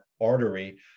artery